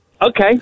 okay